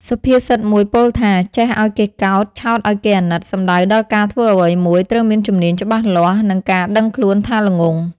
សុភាសិតមួយពោលថា ចេះឲ្យគេកោត ឆោតឲ្យគេអាណិត សំដៅដល់ការធ្វើអ្វីមួយត្រូវមានជំនាញច្បាស់លាស់ និងការដឹងខ្លួនថាល្ងង់ ។